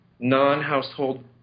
Non-household